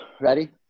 Ready